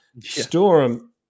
Storm